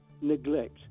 neglect